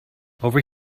over